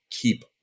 keep